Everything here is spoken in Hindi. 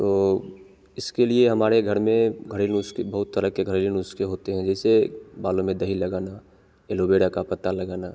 तो इसके लिए हमारे घर में घरेलू नुस्खे बहुत तरह के घरेलू नुस्खे होते हैं जैसे बालो में दही लगाना एलोवेरा का पत्ता लगाना